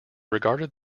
regarded